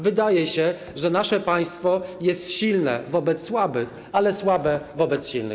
Wydaje się, że nasze państwo jest silne wobec słabych, ale słabe wobec silnych.